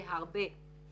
זה הרבה.